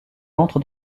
entre